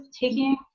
taking